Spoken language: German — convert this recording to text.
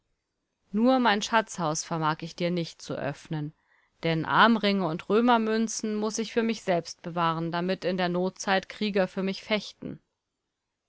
nur mein schatzhaus vermag ich dir nicht zu öffnen denn armringe und römermünzen muß ich für mich selbst bewahren damit in der notzeit krieger für mich fechten